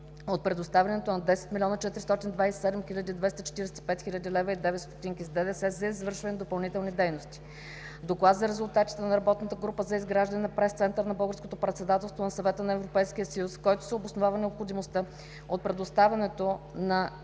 от предоставянето на 10 млн. 427 хил. 245.09 лв., с ДДС за извършването на допълнителни дейности; - Доклад за резултатите на работната група за изграждане на Пресцентър на Българското председателство на Съвета на Европейския съюз, в който се обосновава необходимостта от предоставянето на